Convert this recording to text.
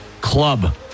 club